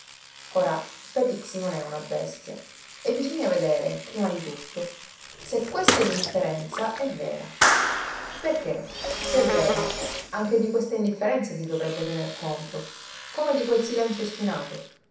ora petix non è una bestia e bisogna vedere prima di tutto se questa indifferenza è vera perché se vera anche di questa indifferenza si dovrebbe tener conto come di quel silenzio ostinato